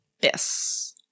Yes